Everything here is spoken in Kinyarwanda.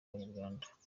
abanyarwanda